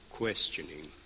questioning